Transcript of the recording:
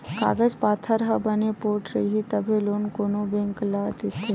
कागज पाथर ह बने पोठ रइही तभे लोन कोनो बेंक ह देथे